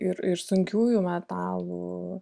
ir ir sunkiųjų metalų